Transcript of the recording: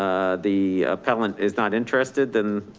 the appellant is not interested, then